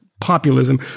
populism